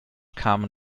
kamen